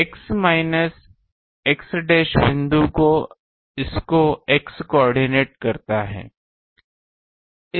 x minus x dash बिंदु इसको x coordinate करता है